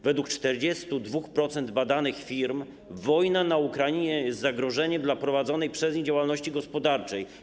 Według 42% badanych firm wojna na Ukrainie jest zagrożeniem dla prowadzonej przez nie działalności gospodarczej.